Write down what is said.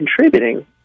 contributing